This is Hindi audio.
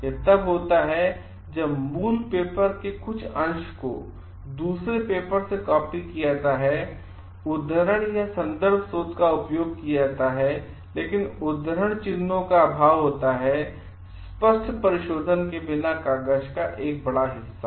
यह तब होता है जब मूल पेपर के कुछ अंश को दूसरे पेपर से कॉपी किया जाता है उद्धरण या सन्दर्भ स्रोत का उपयोग किया जाता है लेकिन उद्धरण चिह्नों का अभाव होता है स्पष्ट परिशोधन के बिना कागज का एक बड़ा हिस्सा